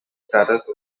status